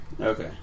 Okay